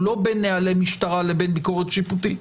לא בין נהלי משטרה לבין ביקורת שיפוטית.